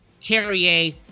Carrier